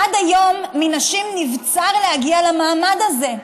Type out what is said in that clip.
עד היום מנשים נבצר להגיע למעמד הזה.